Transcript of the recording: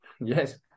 Yes